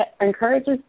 encourages